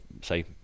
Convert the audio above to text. say